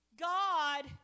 God